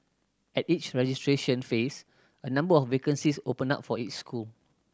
at each registration phase a number of vacancies open up for each school